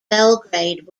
belgrade